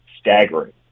staggering